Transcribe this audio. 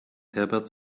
herbert